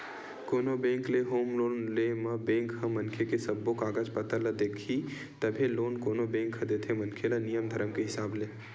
कोनो बेंक ले home loan ले म बेंक ह मनखे के सब्बो कागज पतर ल देखही तभे लोन कोनो बेंक ह देथे मनखे ल नियम धरम के हिसाब ले